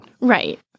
Right